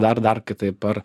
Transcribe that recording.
dar dar kitaip ar